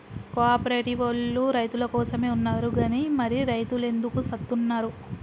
కో ఆపరేటివోల్లు రైతులకోసమే ఉన్నరు గని మరి రైతులెందుకు సత్తున్నరో